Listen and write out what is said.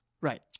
Right